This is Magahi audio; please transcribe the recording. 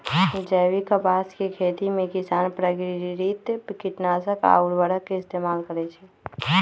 जैविक कपास के खेती में किसान प्राकिरतिक किटनाशक आ उरवरक के इस्तेमाल करई छई